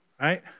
right